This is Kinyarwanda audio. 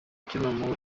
icyuma